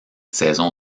saison